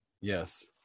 Yes